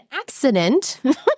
accident